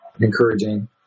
encouraging